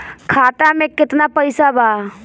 खाता में केतना पइसा बा?